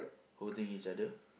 holding each other